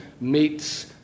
meets